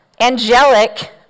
angelic